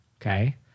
okay